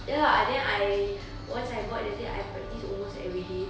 ya lah then I once I bought the stick I practise almost everyday